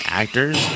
actors